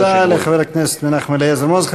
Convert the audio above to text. תודה לחבר הכנסת מנחם אליעזר מוזס.